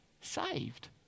saved